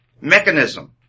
mechanism